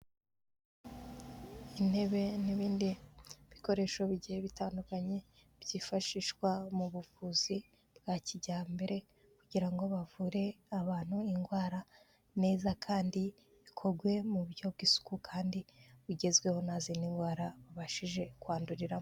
Intebe n'ibindi bikoresho bigiye bitandukanye byifashishwa mu buvuzi bwa kijyambere kugira ngo bavure abantu indwara neza kandi bikorwe mu buryo bw'isuku kandi bugezweho, ntazindi ndwara babashije kwanduriramo.